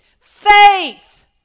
faith